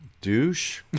douche